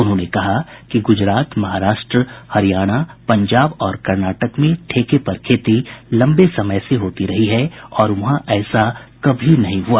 उन्होंने कहा कि गुजरात महाराष्ट्र हरियाणा पंजाब और कर्नाटक में ठेके पर खेती लम्बे समय से होती रही है और वहां ऐसा कभी नहीं हुआ